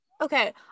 Okay